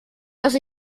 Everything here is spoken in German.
dass